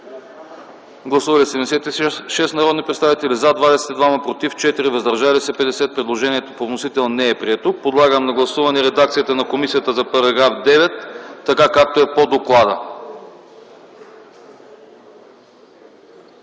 Гласували 76 народни представители: за 22, против 4, въздържали се 50. Предложението по вносител не е прието. Подлагам на гласуване редакцията на комисията за § 9 така, както е по доклада.